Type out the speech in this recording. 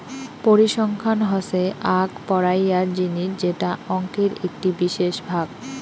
পরিসংখ্যান হসে আক পড়াইয়ার জিনিস যেটা অংকের একটি বিশেষ ভাগ